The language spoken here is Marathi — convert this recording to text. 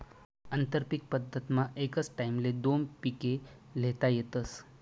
आंतरपीक पद्धतमा एकच टाईमले दोन पिके ल्हेता येतस